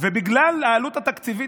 ובגלל העלות התקציבית,